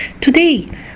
Today